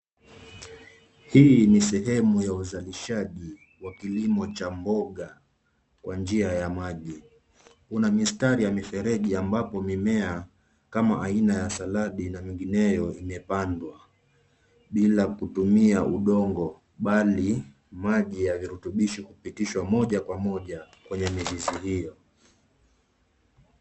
Hii ni sehemu ya uzalishaji wa Kilimo cha mboga kwa njia ya maji. Una mistari ya mifereji ambapo aina ya mimea kama aina ya saladi na mingineyo imepandwa bila kutumia udongo bali maji ya virutubisho kupitishwa moja kwa moja kwenye mizizi hiyo.